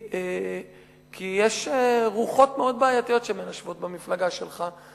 רוחות מאוד בעייתיות מנשבות במפלגה שלך,